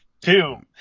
Two